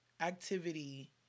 activity